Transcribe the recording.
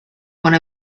one